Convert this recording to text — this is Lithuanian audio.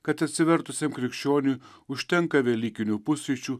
kad atsivertusiam krikščioniui užtenka velykinių pusryčių